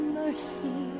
mercy